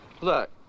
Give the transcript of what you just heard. Look